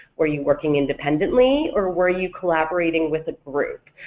were you working independently or were you collaborating with a group?